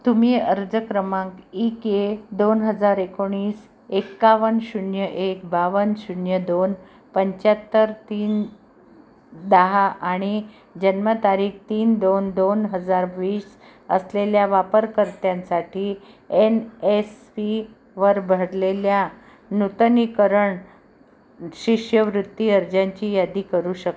तुम्ही अर्ज क्रमांक इ के दोन हजार एकोणीस एक्कावन्न शून्य एक बावन्न शून्य दोन पंचाहत्तर तीन दहा आणि जन्मतारीख तीन दोन दोन हजार वीस असलेल्या वापरकर्त्यांसाठी एन एस पीवर भरलेल्या नूतनीकरण शिष्यवृत्ती अर्जांची यादी करू शकता का